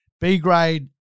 B-grade